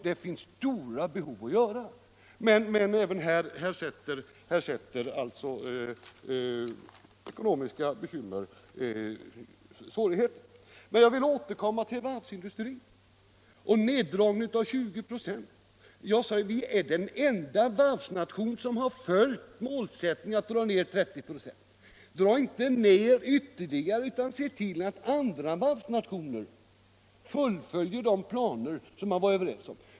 Det finns stora behov att täcka men även här lägger ekonomiska bekymmer hinder i vägen. Men jag vill återkomma till varvsindustrin och neddragningen av 20 96. Vi är den enda varvsnation som följt målsättningen att dra ner 30 96. Dra inte ner ytterligare utan se till att andra varvsnationer fullföljer de planer som man var överens om!